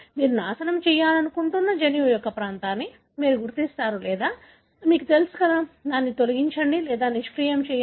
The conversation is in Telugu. మీరు నాశనం చేయాలనుకుంటున్న జన్యువు యొక్క ప్రాంతాన్ని మీరు గుర్తిస్తారు లేదా మీకు తెలుసు తొలగించండి లేదా నిష్క్రియం చేయండి